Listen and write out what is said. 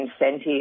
incentive